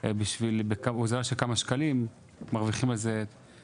בשביל הוזלה של כמה שקלים; בפרט,